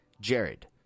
jared